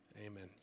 amen